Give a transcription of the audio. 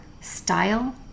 style